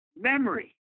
memory